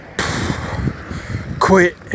quit